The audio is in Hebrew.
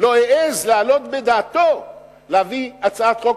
לא העז להעלות בדעתו להביא הצעת חוק,